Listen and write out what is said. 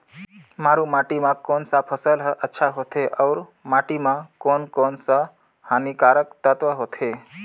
मारू माटी मां कोन सा फसल ह अच्छा होथे अउर माटी म कोन कोन स हानिकारक तत्व होथे?